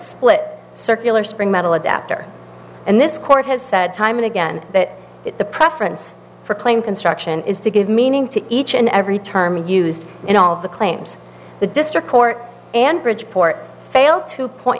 split circular spring metal adapter and this court has said time and again that the preference for plain construction is to give meaning to each and every term used in all of the claims the district court and bridgeport fail to point